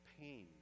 pain